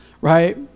right